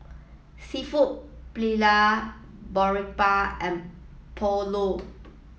Seafood Paella Boribap and Pulao